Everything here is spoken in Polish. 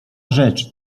rzecz